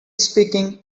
speaking